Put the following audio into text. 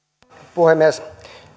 puhemies